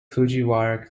fujiwara